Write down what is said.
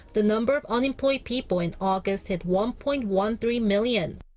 the number of unemployed people in august hit one-point-one-three million.